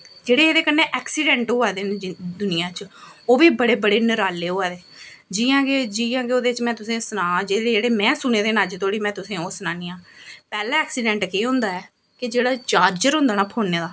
जेह्दे एह्दे कन्नै ऐक्सिडैंट होआ दे न दुनियां च ओह् बी बड़े बड़े नराले होआ दे जियां कि जियां कि ओह्दे च में तुसेंगी सनां जेह्ड़े जेह्ड़े में सुने दे न अज्ज धोड़ी में तुसेंगी ओह् सनानी आं पैह्ला ऐक्सिडैंट केह् होंदा ऐ कि जेह्ड़ा चार्जर होंदा ऐ ना फोनै दा